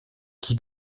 qui